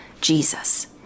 Jesus